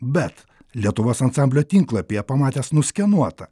bet lietuvos ansamblio tinklapyje pamatęs nuskenuotą